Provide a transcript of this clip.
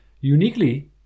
Uniquely